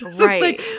Right